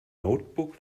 notebook